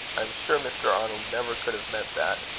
i am sure mr. arnold never could have meant that.